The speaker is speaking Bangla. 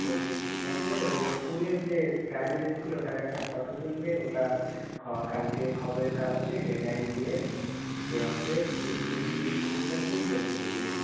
ওকে ঠিক আছে ওই স্কুলের যে প্রাইমারি স্কুলে ওটার একটা ফটো তুলবে ওটা কালকে খবরের কাগজে হেডলাইন দিয়ে দেওয়া হবে ইস্কুলের কী কী সমস্যা হচ্ছে সেগুলো দিয়ে দেবো